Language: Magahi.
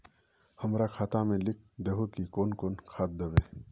हमरा खाता में लिख दहु की कौन कौन खाद दबे?